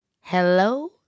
Hello